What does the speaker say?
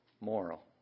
moral